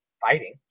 fighting